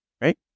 right